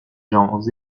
gens